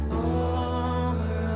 over